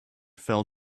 fell